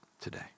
today